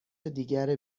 دیگر